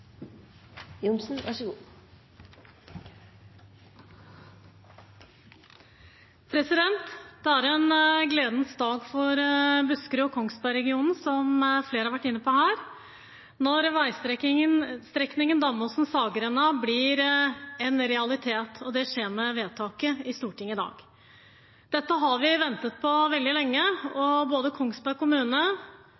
en gledens dag for Buskerud og Kongsberg-regionen – som flere her har vært inne på – når veistrekningen Damåsen–Saggrenda blir en realitet. Det skjer med vedtaket i Stortinget i dag. Dette har vi ventet på veldig lenge. Både Kongsberg kommune,